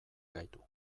gaitu